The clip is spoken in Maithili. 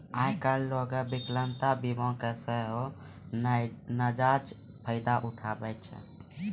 आइ काल्हि लोगें विकलांगता बीमा के सेहो नजायज फायदा उठाबै छै